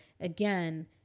again